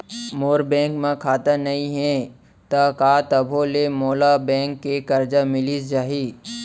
मोर bank म खाता नई हे त का तभो ले मोला बैंक ले करजा मिलिस जाही?